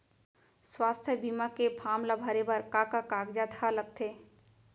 स्वास्थ्य बीमा के फॉर्म ल भरे बर का का कागजात ह लगथे?